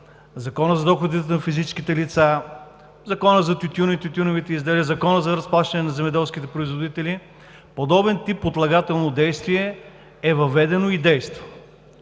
Закона за доходите на физическите лица, Закона за тютюна и тютюневите изделия, Закона за разплащане на земеделските производители, подобен тип отлагателно действие е въведено и действа.